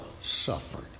suffered